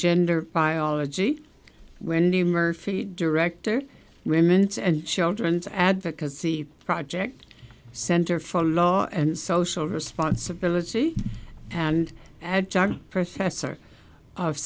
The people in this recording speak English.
gender biology wendy murphy director women's and children's advocacy project center for law and social responsibility and ad john professor of